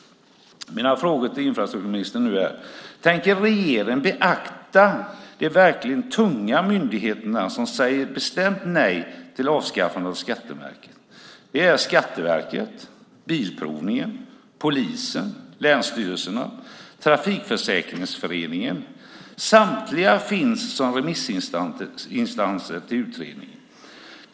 Mina frågor till infrastrukturministern är nu: Tänker regeringen beakta de verkligt tunga myndigheter som säger ett bestämt nej till avskaffande av skattemärket? Det är Skatteverket, Bilprovningen, polisen, länsstyrelserna och Trafikförsäkringsföreningen. Samtliga finns som remissinstanser till utredningen.